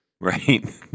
Right